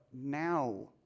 now